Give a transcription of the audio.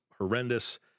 horrendous